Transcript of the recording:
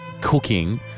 cooking